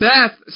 Beth